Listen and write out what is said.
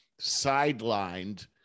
sidelined